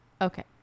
okay